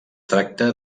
tracta